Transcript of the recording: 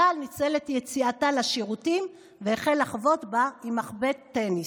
הבעל ניצל את יציאתה לשירותים והחל לחבוט בה עם מחבט טניס.